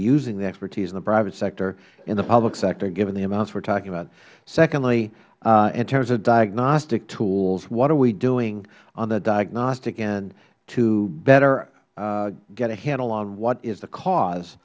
using the expertise of the private sector in the public sector given the amounts we are talking about second in terms of diagnostic tools what are we doing on the diagnostic end to better get a handle on what is the cause